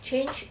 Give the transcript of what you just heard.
change